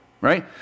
right